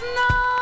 no